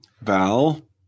Val